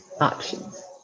Options